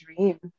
dream